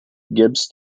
gibbs